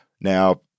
Now